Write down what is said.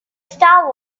star